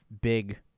big